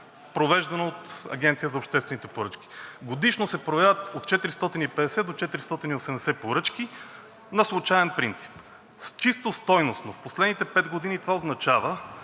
провеждано от Агенцията за обществените поръчки. Годишно се проверяват от 450 до 480 поръчки на случаен принцип. Чисто стойностно в последните пет години изтеглените